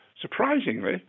Surprisingly